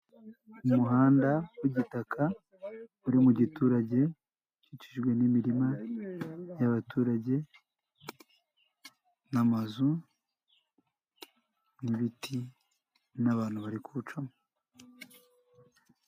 Umuhanda w'igitaka uri mu giturage ukikijwe n'imirima y'abaturage n'amazu n'ibiti n'abantu bari kuwucamo.